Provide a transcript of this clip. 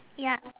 ya